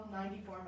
94